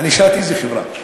ענישת איזו חברה?